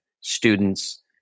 students